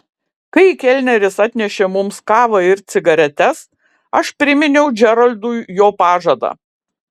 kai kelneris atnešė mums kavą ir cigaretes aš priminiau džeraldui jo pažadą